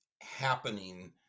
happening